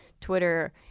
twitter